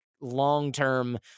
long-term